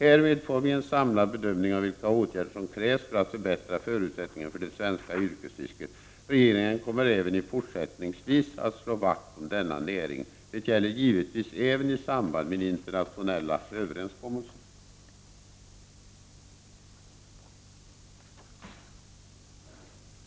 Härmed får vi en samlad bedömning av vilka åtgärder som krävs för att förbättra förutsättningarna för det svenska yrkesfisket. Regeringen kommer även fortsättningsvis att slå vakt om denna näring. Det gäller givetvis även i samband med internationella överenskommelser”.